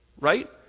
right